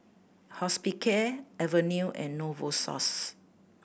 Hospicare Avene and Novosource